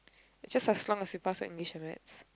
it's just as long as you pass your English and maths